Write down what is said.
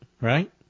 right